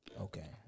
Okay